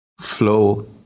flow